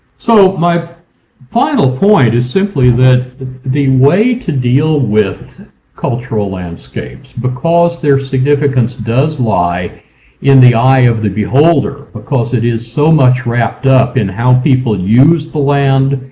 so my final point is simply that the the way to deal with cultural landscapes because their significance does lie in the eye of the beholder. because it is so much wrapped up in how people use the land,